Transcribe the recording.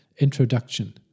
Introduction